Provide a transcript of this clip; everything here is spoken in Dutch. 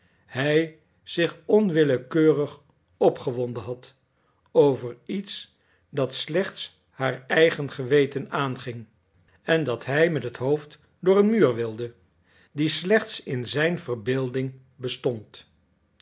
hij zich onwillekeurig opgewonden had over iets dat slechts haar eigen geweten aanging en dat hij met het hoofd door een muur wilde die slechts in zijn verbeelding bestond